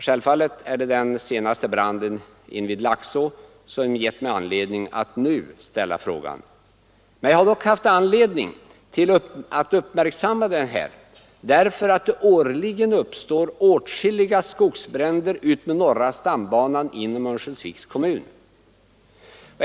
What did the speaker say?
Självfallet är det den senaste branden invid Laxå som gett mig anledning att nu ställa frågan. Jag har emellertid haft anledning att även tidigare uppmärksamma den här saken, eftersom det årligen uppstår åtskilliga skogsbränder utmed norra stambanan inom Örnsköldsviks kommun.